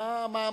מה התחשיב?